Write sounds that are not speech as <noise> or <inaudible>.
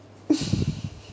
<laughs>